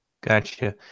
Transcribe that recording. Gotcha